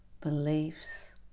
beliefs